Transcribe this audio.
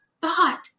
thought